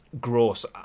gross